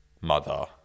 mother